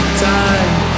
time